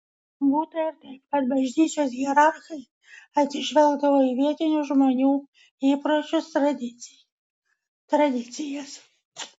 būta ir taip kad bažnyčios hierarchai atsižvelgdavo į vietinių žmonių įpročius tradicijas